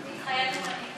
מתחייבת אני